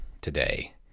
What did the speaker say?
today